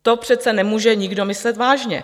To přece nemůže nikdo myslet vážně.